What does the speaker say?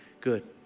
Good